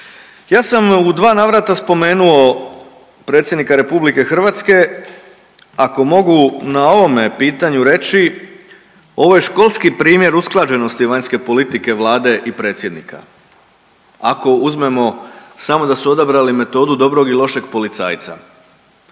Ja sam u dva navrata spomenuo predsjednika RH, ako mogu na ovome pitanju reći, ovo je školski primjer usklađenosti vanjske politike vlade i predsjednika, ako uzmemo samo da su odabrali metodu dobrog i lošeg policajca.